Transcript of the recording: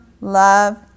love